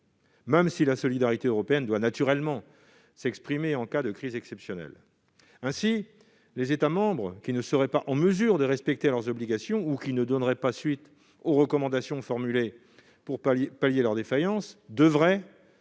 même si la solidarité européenne doit naturellement s'exprimer en cas de crise exceptionnelle. Ainsi, les États membres qui ne seraient pas en mesure de respecter leurs obligations ou qui ne donneraient pas suite aux recommandations formulées pour pallier leurs défaillances devraient-ils